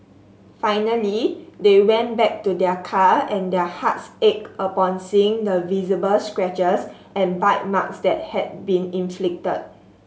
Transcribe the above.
finally they went back to their car and their hearts ached upon seeing the visible scratches and bite marks that had been inflicted